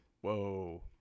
Whoa